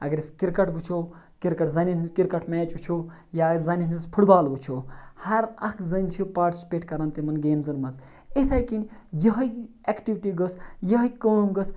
اگر أسۍ کِرکَٹ وٕچھو کِرکَٹ زَنٮ۪ن ہُنٛد کِرکَٹ میچ وٕچھو یا زَنٮ۪ن ہِنٛز فُٹ بال وٕچھو ہر اَکھ زٔنۍ چھِ پاٹسِپیٹ کَران تِمَن گیمزَن منٛز اِتھَے کٔنۍ یِہٕے اٮ۪کٹِوِٹی گٔژھ یِہٕے کٲم گٔژھ